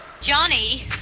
Johnny